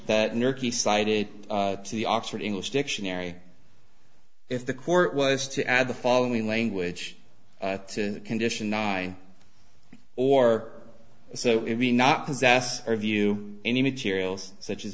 to the oxford english dictionary if the court was to add the following language to a condition nine or so if we not possess or view any materials such as